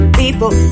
people